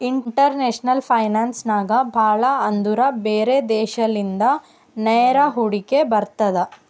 international finance ನಾಗ್ ಭಾಳ ಅಂದುರ್ ಬ್ಯಾರೆ ದೇಶಲಿಂದ ನೇರ ಹೂಡಿಕೆ ಬರ್ತುದ್